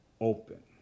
open